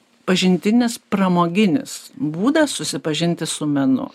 pažintinis pramoginis būdas susipažinti su menu